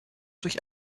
durch